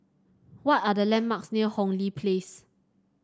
what are the landmarks near Hong Lee Place